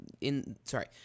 in—sorry